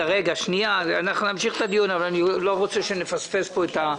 אנחנו נמשיך את הדיון אבל אני לא רוצה שנפספס פה.